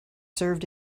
served